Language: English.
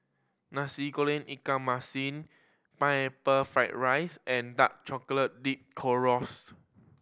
Nasi Goreng ikan masin Pineapple Fried rice and dark chocolate dipped